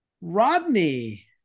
Rodney